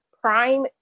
prime